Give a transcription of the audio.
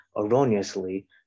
erroneously